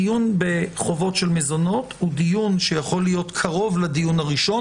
הדיון בחובות של מזונות הוא דיון שיכול להיות קרוב לדיון הראשון.